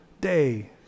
day